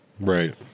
Right